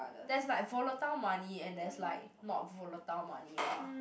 there's like volatile money and there's like not volatile money lah